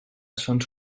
sons